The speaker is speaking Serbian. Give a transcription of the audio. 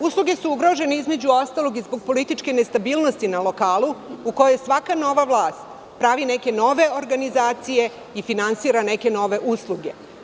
Usluge su ugrožene, između ostalog, i zbog političke nestabilnosti na lokalu u kojoj svaka nova vlast pravi neke nove organizacije i finansira neke nove usluge.